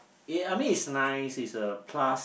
I mean is nice is a plus